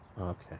Okay